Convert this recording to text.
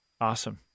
Awesome